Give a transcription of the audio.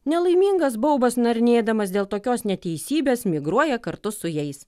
nelaimingas baubas narnėdamas dėl tokios neteisybės migruoja kartu su jais